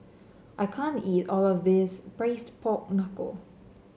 I can't eat all of this Braised Pork Knuckle